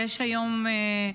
יש היום,